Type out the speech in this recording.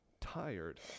tired